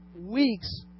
weeks